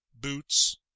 boots